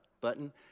button